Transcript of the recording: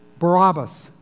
Barabbas